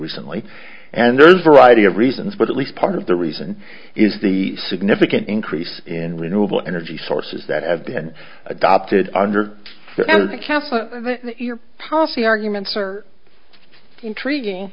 recently and there's a variety of reasons but at least part of the reason is the significant increase in renewable energy sources that have been adopted under the cap policy arguments are intriguing